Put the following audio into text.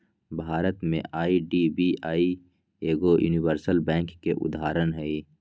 भारत में आई.डी.बी.आई एगो universal bank के उदाहरण हइ